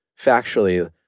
factually